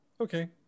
Okay